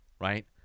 right